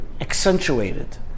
accentuated